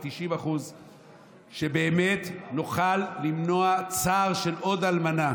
על 90%. שבאמת נוכל למנוע צער של עוד אלמנה